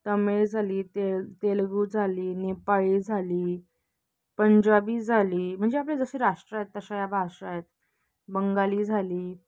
तमिळ झाली तेळ तेलगू झाली नेपाळी झाली पंजाबी झाली म्हणजे आपले जसे राष्ट्र आहेत तशा या भाषा आहेत बंगाली झाली